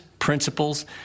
principles